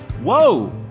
whoa